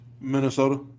Minnesota